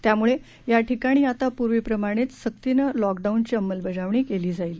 त्यामुळे या ठिकाणी आता पूर्वीप्रमाणेच सक्तीनं लॉकडाऊनची अंमलबजावणी केली जाईल